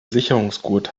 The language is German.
sicherungsgurt